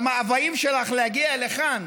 המאוויים שלך להגיע לכאן,